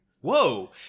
Whoa